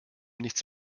nichts